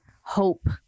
hope